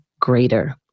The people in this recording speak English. greater